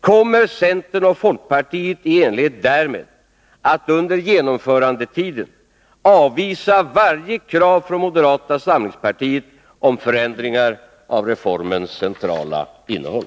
Kommer centern och folkpartiet i enlighet därmed att under genomförandetiden avvisa varje krav från moderata samlingspartiet om förändringar av reformens centrala innehåll?